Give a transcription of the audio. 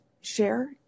share